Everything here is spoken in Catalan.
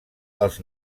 els